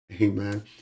Amen